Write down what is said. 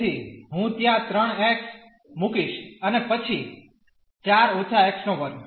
તેથી હું ત્યાં 3 x મૂકીશ અને પછી 4 − x2